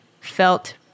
felt